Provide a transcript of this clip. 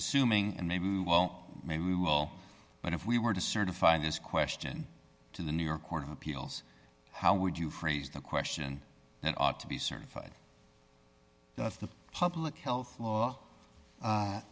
assuming and they won't maybe we will but if we were to certify this question to the new york court of appeals how would you phrase the question that ought to be certified does the public health law